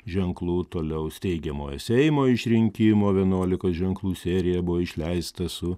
ženklų toliau steigiamojo seimo išrinkimo vienuolikos ženklų serija buvo išleista su